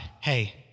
hey